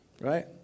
Right